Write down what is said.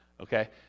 Okay